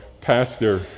Pastor